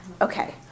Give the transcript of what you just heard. Okay